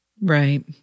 Right